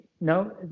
no